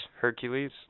Hercules